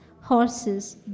horses